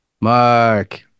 Mark